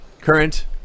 current